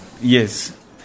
Yes